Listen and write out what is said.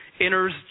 enters